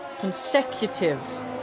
consecutive